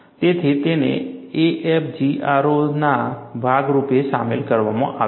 તેથી તેને AFGRO ના ભાગરૂપે સામેલ કરવામાં આવ્યા છે